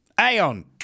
Aeon